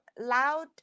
loud